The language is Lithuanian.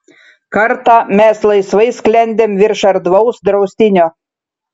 kartą mes laisvai sklendėm virš erdvaus draustinio